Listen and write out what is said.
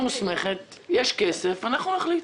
יש כסף, אנחנו נחליט.